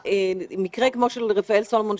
מקרה כמו של רפאל סלומון,